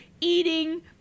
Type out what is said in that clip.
eating